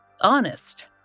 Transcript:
Honest